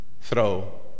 throw